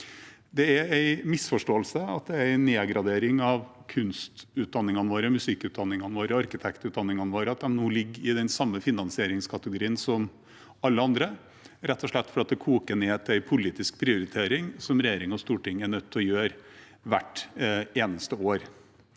våre, musikkutdanningene våre, arkitektutdanningene våre at de nå ligger i den samme finansieringskategorien som alle andre, rett og slett fordi det koker ned til en politisk prioritering som regjering og storting er nødt til å gjøre hvert eneste år.